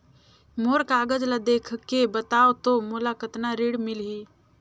मोर कागज ला देखके बताव तो मोला कतना ऋण मिलही?